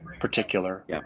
particular